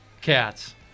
Cats